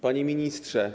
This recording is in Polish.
Panie Ministrze!